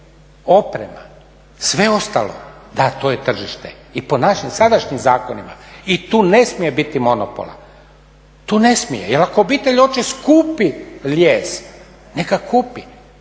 oprema, sve ostalo, da to je tržište i po našim sadašnjim zakonima i tu ne smije biti monopola. Tu ne smije jer ako obitelj hoće skupi lijes, neka kupi.